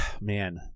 man